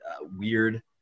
weird